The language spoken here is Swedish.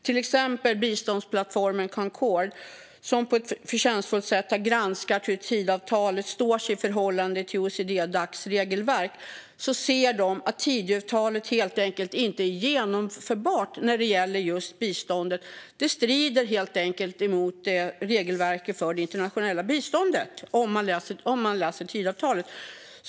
Till exempel har biståndsplattformen Concord på ett förtjänstfullt sätt granskat hur Tidöavtalet står sig i förhållande till OECD-Dacs regelverk och kommit fram till att avtalet inte är genomförbart när det gäller biståndet. Det strider helt enkelt mot regelverket för internationellt bistånd.